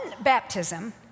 baptism